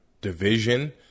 Division